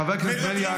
חצוף.